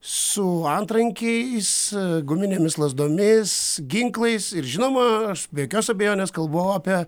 su antrankiais guminėmis lazdomis ginklais ir žinoma aš be jokios abejonės kalbu apie